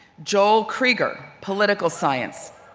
joel krieger, political science.